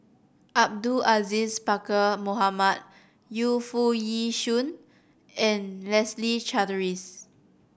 Abdul Aziz Pakkeer Mohamed Yu Foo Yee Shoon and Leslie Charteris